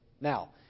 Now